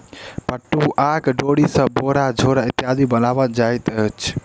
पटुआक डोरी सॅ बोरा झोरा इत्यादि बनाओल जाइत अछि